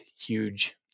huge